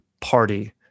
party